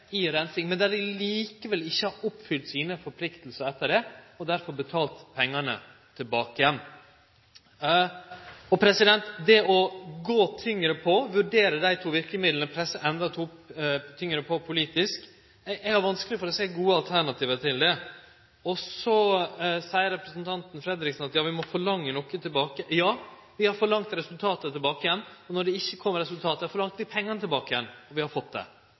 i reinsing, men dei har likevel ikkje oppfylt sine forpliktingar etter det og derfor betalt pengane tilbake igjen. Eg har vanskeleg for å sjå gode alternativ til det å gå tyngre på, vurdere dei to verkemidla og presse endå tyngre på politisk. Så seier representanten Fredriksen at vi må forlange noko tilbake. Ja, vi har forlangt resultat tilbake igjen. Og når det ikkje kom resultat, forlangte vi pengane tilbake igjen, og vi har fått det